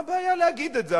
מה הבעיה להגיד את זה?